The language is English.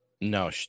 No